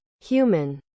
Human